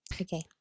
Okay